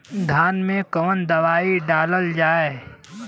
धान मे कवन दवाई डालल जाए?